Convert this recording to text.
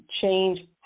change